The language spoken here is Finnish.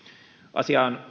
asia on